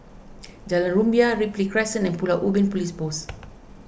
Jalan Rumbia Ripley Crescent and Pulau Ubin Police Post